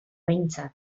behintzat